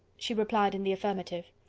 she replied in the affirmative.